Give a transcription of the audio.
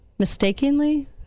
mistakenly